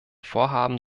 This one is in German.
vorhaben